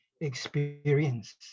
experience